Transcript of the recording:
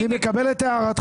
אני מעריך